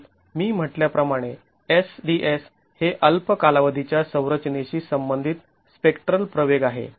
म्हणून मी म्हटल्या प्रमाणे S DS हे अल्प कालावधी च्या संरचनेशी संबंधित स्पेक्ट्रल प्रवेग आहे